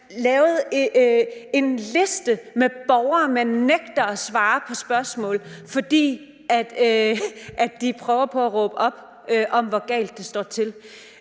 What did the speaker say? lavet en liste med borgere, hvis spørgsmål man nægter at svare på, fordi de prøver på at råbe op om, hvor galt det står til.